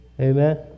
Amen